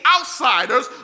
outsiders